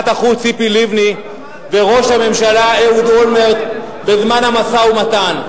החוץ ציפי לבני וראש הממשלה אהוד אולמרט בזמן המשא-ומתן,